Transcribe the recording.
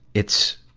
it's,